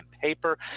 paper